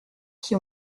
qui